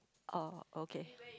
oh okay